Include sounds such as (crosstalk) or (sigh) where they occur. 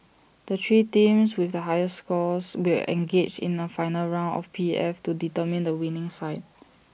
the three teams with the highest scores will engage in A final round of P F to determine (noise) the winning side